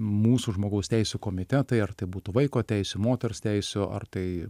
mūsų žmogaus teisių komitetai ar tai būtų vaiko teisių moters teisių ar tai